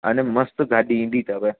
अने मस्तु गाॾी ईंदी अथव